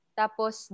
tapos